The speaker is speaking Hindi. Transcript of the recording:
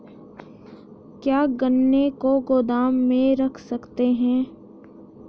क्या गन्ने को गोदाम में रख सकते हैं?